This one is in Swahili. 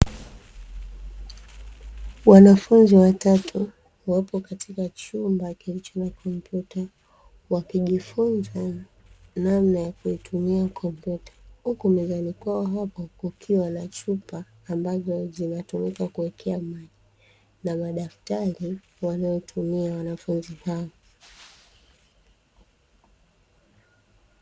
Wanafunzi watatu, wapo katika chumba kilichowekwa kompyuta, wakijifunza namna ya kutumia kompyuta, huku mezani kwao kukiwa na chupa ambazo zinatumika kuwekea maji, na madaftari wanayotumia wanafunzi hao.